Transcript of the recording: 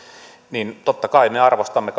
niin totta kai me arvostamme